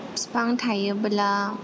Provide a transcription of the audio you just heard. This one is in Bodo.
बिफां थायोब्ला